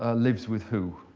ah lives with who?